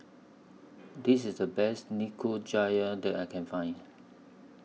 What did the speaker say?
This IS The Best Nikujaga that I Can Find